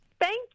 Thank